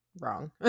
wrong